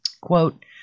Quote